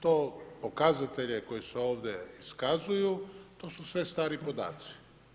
To pokazatelje koji se ovdje iskazuju, to su sve stari podaci.